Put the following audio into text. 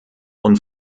und